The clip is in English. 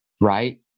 right